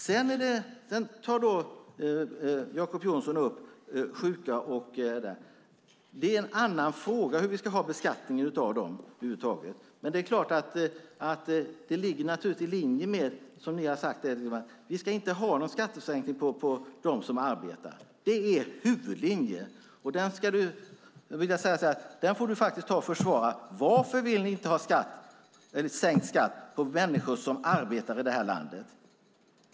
Sedan tar Jacob Johnson upp sjuka och andra. Det är en annan fråga hur beskattningen för dem ska vara. Det ligger naturligtvis i linje med, som det har sagts, att vi inte ska ha någon skattesänkning för dem som arbetar. Det är er huvudlinje, och den får du faktiskt ta och försvara, Jacob Johnson. Varför vill ni inte ha sänkt skatt för människor som arbetar i det här landet?